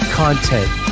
content